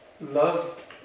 love